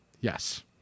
Yes